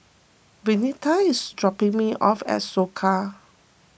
Vernita is dropping me off at Soka